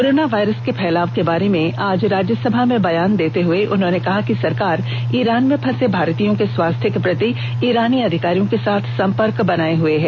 corona virus के फैलाव के बारे में आज राज्यसभा में बयान देते हुए उन्होंने कहा कि सरकार ईरान में फंसे भारतीयों के स्वास्थ्य के प्रति ईरानी अधिकारियों के साथ सम्पर्क बनाये हुए है